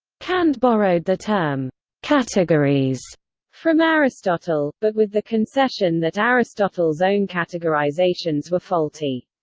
kant borrowed the term categories from aristotle, but with the concession that aristotle's own categorizations were faulty.